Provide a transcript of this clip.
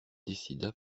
décida